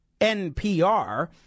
NPR